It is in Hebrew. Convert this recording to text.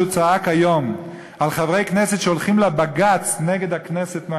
צעק היום על שחברי כנסת הולכים לבג"ץ נגד הכנסת,